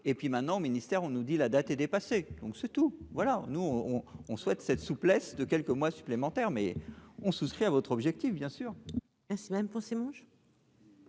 et puis maintenant, ministère, on nous dit la date est dépassée, donc c'est tout, voilà nous on, on, on souhaite cette souplesse de quelques mois supplémentaires mais ont souscrit à votre objectif, bien sûr, et cela même mon